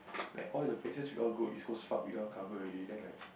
like all the places we all go East Coast Park we all cover already then like